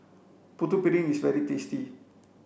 putu piring is very tasty